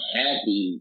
happy